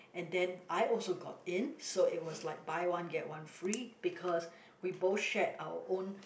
and then I also got in so it was like buy one get one free because we both shared our own